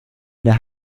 der